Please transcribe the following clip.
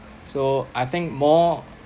so I think more